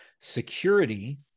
security